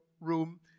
room